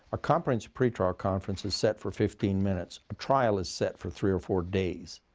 a conference pretrial conference is set for fifteen minutes, a trial is set for three or four days.